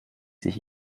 sich